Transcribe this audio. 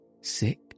Sick